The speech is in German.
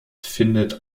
findet